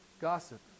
gossip